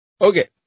Okay